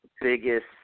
biggest